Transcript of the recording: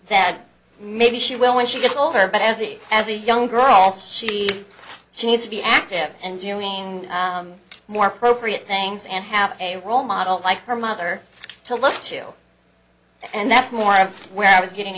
that maybe she will when she gets older but as it as a young girl she needs to be active and doing more appropriate things and have a role model like her mother to look to and that's more of where i was getting